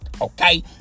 okay